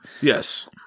Yes